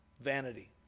Vanity